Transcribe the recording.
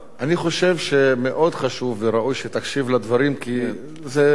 אני חושב שמאוד חשוב וראוי שתקשיב לדברים כי זה,